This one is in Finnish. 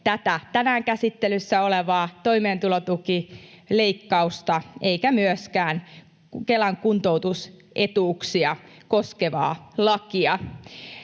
tätä tänään käsittelyssä olevaa toimeentulotukileikkausta eikä myöskään Kelan kuntoutusetuuksia koskevaa lakia.